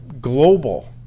global